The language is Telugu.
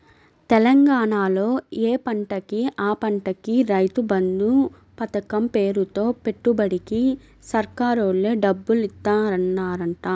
తెలంగాణాలో యే పంటకి ఆ పంటకి రైతు బంధు పతకం పేరుతో పెట్టుబడికి సర్కారోల్లే డబ్బులిత్తన్నారంట